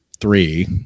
three